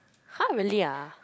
!huh! really ah